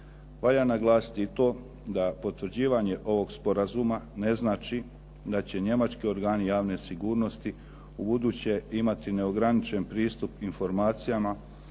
Valja naglasiti i to da potvrđivanje ovog sporazuma ne znači da će njemački organi javne sigurnosti ubuduće imati neograničen pristup informacijama